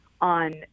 on